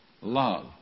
love